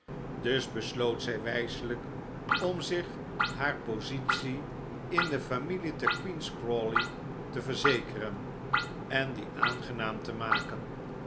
dus besloot zij wijselijk om zich haar positie in de familie te queen's crawley te verzekeren en die aangenaam te maken